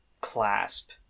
clasp